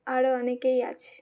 আরও অনেকেই আছে